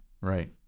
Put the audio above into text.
right